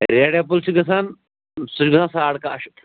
red apple چھُ گژھان سُہ چھُ گژھان ساڑ کاہ شَتھ